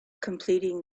completing